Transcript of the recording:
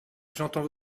j’entends